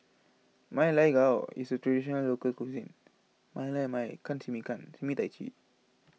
Ma Lai Gao is a Traditional Local Cuisine